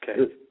okay